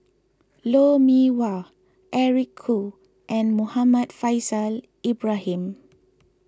Lou Mee Wah Eric Khoo and Muhammad Faishal Ibrahim